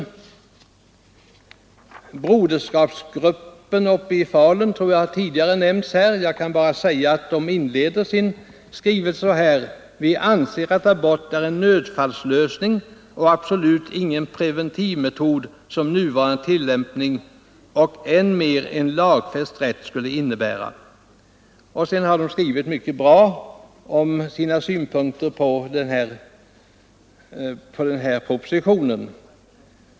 Falu broderskapsgrupp har tidigare nämnts här, tror jag, och jag vill bara påpeka att man inleder sin skrivelse så här: ”Vi anser att abort är en nödfallslösning och absolut ingen preventivmetod som nuvarande tillämpning och än mer en lagfäst rätt skulle innebära.” Sedan har man skrivit mycket bra om sina synpunkter på propositionen.